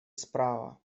справа